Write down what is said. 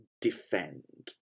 defend